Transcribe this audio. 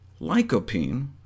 Lycopene